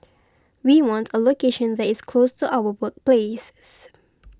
we want a location that is close to our workplaces